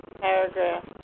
paragraph